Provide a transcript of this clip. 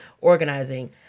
organizing